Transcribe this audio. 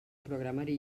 programari